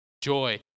joy